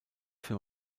für